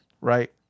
Right